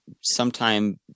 sometime